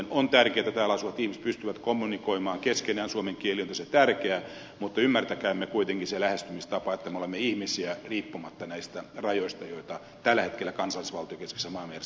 on tärkeätä että täällä asuvat ihmiset pystyvät kommunikoimaan keskenään suomen kieli on tärkeä mutta ymmärtäkäämme kuitenkin se lähestymistapa että me olemme ihmisiä riippumatta näistä rajoista joita tällä hetkellä kansallisvaltiokeskeisessä maailmanjärjestelmässä vielä on